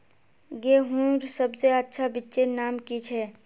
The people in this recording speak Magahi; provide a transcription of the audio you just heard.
गेहूँर सबसे अच्छा बिच्चीर नाम की छे?